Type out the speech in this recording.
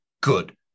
Good